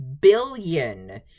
billion